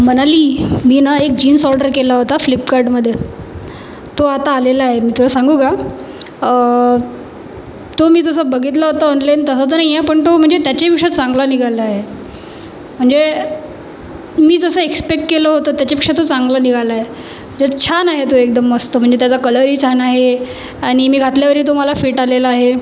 मनाली मी नं एक जीन्स ऑर्डर केलं होतं फ्लिपकार्टमधे तो आता आलेला आहे मी तुला सांगू का तो मी जसा बघितला होता ऑनलाईन तसा तर नाही आहे पण तो म्हणजे त्याच्याहीपेक्षा चांगला निघाला आहे म्हणजे मी जसं एक्सपेक्ट केलं होतं त्याच्यापेक्षा तो चांगला निघाला आहे त् छान आहे तो एकदम म्हणजे मस्त त्याचा कलरही छान आहे आणि मी घातल्यावरही तो मला फिट आलेला आहे